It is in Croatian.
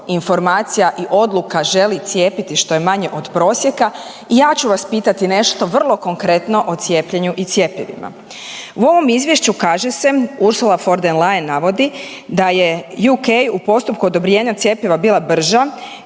informacija i odluka želi cijepiti što je manje od prosjeka, ja ću vas pitati nešto vrlo konkretno o cijepljenju i cjepivima. U ovom izvješću kaže se Ursula von der Leyen navodi da je UK u postupku odobrenja cjepiva bila brža